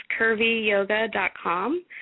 curvyyoga.com